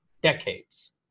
decades